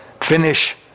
finish